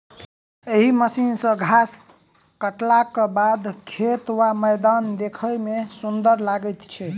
एहि मशीन सॅ घास काटलाक बाद खेत वा मैदान देखबा मे सुंदर लागैत छै